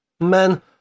Men